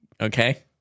Okay